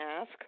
ask